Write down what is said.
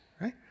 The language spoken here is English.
right